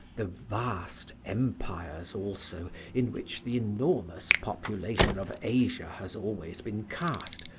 the vast empires also in which the enormous population of asia has always been cast,